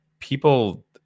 People